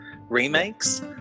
remakes